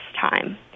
time